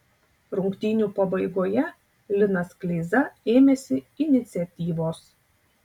rungtynių pabaigoje linas kleiza ėmėsi iniciatyvos